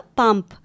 pump